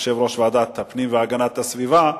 יושב-ראש ועדת הפנים והגנת הסביבה,